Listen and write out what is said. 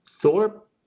Thorpe